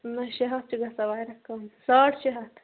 نہَ شیٚے ہَتھ چھُ گژھان واریاہ کَم ساڑ شیٚے ہَتھ